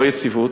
לא יציבות,